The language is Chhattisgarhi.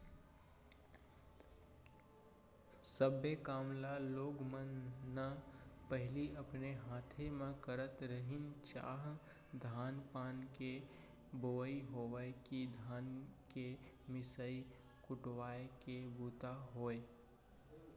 सब्बे काम ल लोग मन न पहिली अपने हाथे म करत रहिन चाह धान पान के बोवई होवय कि धान के मिसाय कुटवाय के बूता होय